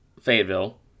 Fayetteville